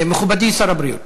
מכובדי שר הבריאות.